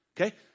Okay